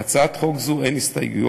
להצעת חוק זו אין הסתייגויות.